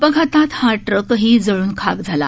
अपघातात हा ट्रकही जळून खाक झाला